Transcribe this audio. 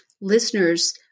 listeners